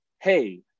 hey